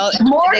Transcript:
More